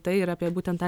tai ir apie būtent tą